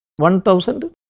1000